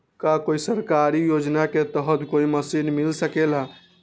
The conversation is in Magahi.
का कोई सरकारी योजना के तहत कोई मशीन मिल सकेला?